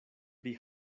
pri